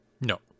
No